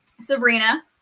Sabrina